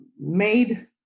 made